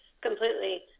completely